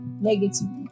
negatively